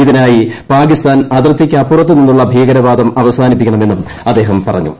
ഇതിനായി പാകിസ്ഥാൻ അതിർത്തിക്കപ്പുറത്തു നിന്നുള്ള ഭീകരവാദം അവസാനിപ്പിക്കണമെന്നും അദ്ദേഹം പറഞ്ഞു